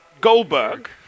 Goldberg